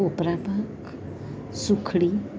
કોપરા પાક સુખડી